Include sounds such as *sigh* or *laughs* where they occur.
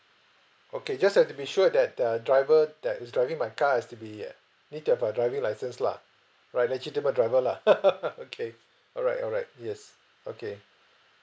okay just have to be sure that the driver that is driving my car has to be uh need to have a driving licence lah right legitimate driver lah *laughs* okay alright alright yes okay